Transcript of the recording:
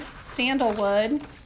sandalwood